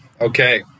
okay